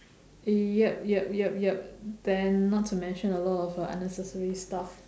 yup yup yup yup then not to mention a lot of uh unnecessary stuff